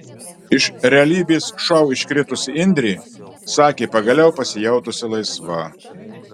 iš realybės šou iškritusi indrė sakė pagaliau pasijautusi laisva